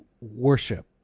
worship